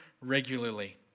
regularly